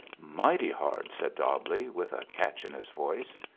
mighty hard, said dobbleigh, with a catch in his voice.